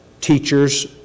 teachers